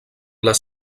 les